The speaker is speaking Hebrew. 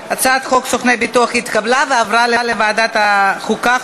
הצעת חוק סוכני חוץ התקבלה ועברה לוועדת החוקה,